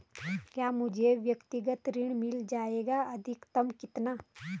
क्या मुझे व्यक्तिगत ऋण मिल जायेगा अधिकतम कितना?